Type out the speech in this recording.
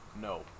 no